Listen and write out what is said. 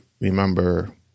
remember